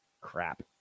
Crap